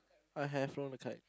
I have flown a kite